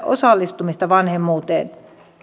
osallistumista vanhemmuuteen